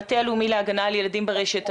המטה הלאומי להגנה על ילדים ברשת.